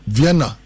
Vienna